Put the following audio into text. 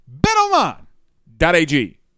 Betonline.ag